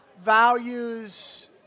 values